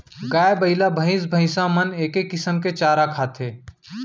गाय, बइला, भईंस भईंसा मन एके किसम के चारा खाथें